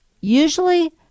Usually